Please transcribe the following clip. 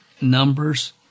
numbers